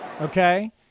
okay